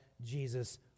Jesus